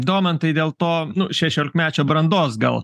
domantai dėl to šešiolikmečio brandos gal